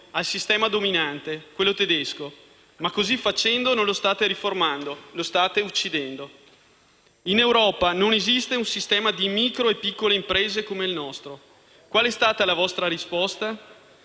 al sistema dominante, quello tedesco. Così facendo, però, non lo state riformando, ma lo state uccidendo. In Europa non esiste un sistema di micro e piccole imprese come il nostro. Qual è stata la vostra risposta?